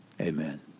Amen